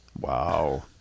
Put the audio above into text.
Wow